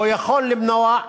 או יכול למנוע,